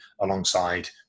alongside